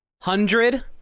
hundred